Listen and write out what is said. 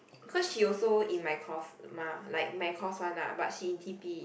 because she also in my course mah like my course one ah but she in T_P